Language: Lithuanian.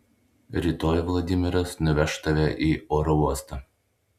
rytoj vladimiras nuveš tave į oro uostą